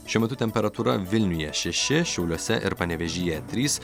šiuo metu temperatūra vilniuje šeši šiauliuose ir panevėžyje trys